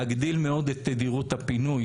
להגדיל מאוד את תדירות הפינוי,